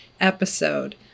episode